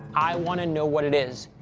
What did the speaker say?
i want to know what it is.